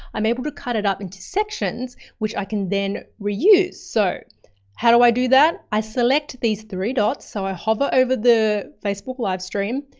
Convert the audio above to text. i'm able to cut it up into sections, which i can then reuse. so how do i do that? i select these three dots. so i hover over the facebook livestream,